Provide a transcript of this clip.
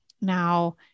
Now